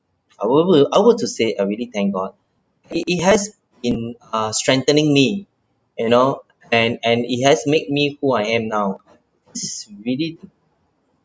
I would I would to say I really thank god it it has in a strengthening me you know and and it has made me who I am now this is really